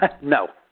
No